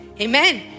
Amen